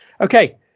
Okay